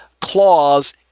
clause